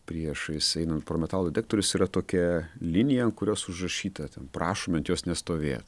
priešais einant pro metalo dektorius yra tokia linija an kurios užrašyta ten prašome ant jos nestovėt